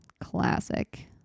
classic